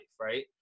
right